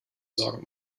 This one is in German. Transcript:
sorgen